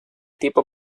tipo